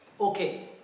Okay